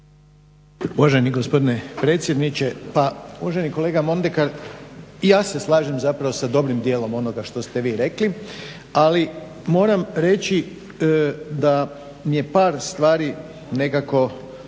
Uvaženi gospodine predsjedniče. Pa uvaženi kolega Mondekar i ja se slažem zapravo s dobrim dijelom onoga što ste vi rekli ali moram reći da mi je par stvari nekako